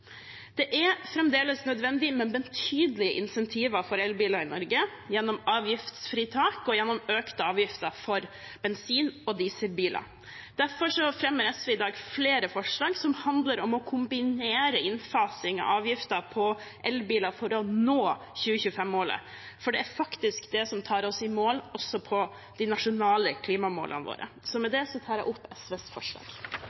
Det er fremdeles nødvendig med betydelige insentiver for elbiler i Norge gjennom avgiftsfritak og gjennom økte avgifter for bensin- og dieselbiler. Derfor fremmer SV i dag flere forslag som handler om å kombinere innfasing av avgifter på elbiler for å nå 2025-målet. For det er faktisk det som tar oss i mål også når det gjelder de nasjonale klimamålene våre. Med